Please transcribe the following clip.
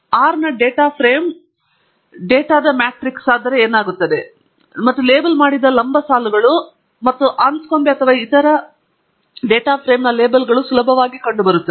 R ನ data frame ಡೇಟಾದ matrix ಆದರೆ ಏನಾಗುತ್ತದೆ ಮತ್ತು ಲೇಬಲ್ ಮಾಡಿದ ಲಂಬಸಾಲುಗಳು ಮತ್ತು ಆನ್ಸ್ಕೊಬೆ ಅಥವಾ ಯಾವುದೇ ಇತರ ಡೇಟಾ ಫ್ರೇಮ್ನ ಲೇಬಲ್ಗಳು ಸುಲಭವಾಗಿ ಕಂಡುಬರುತ್ತವೆ